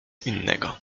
innego